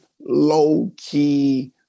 low-key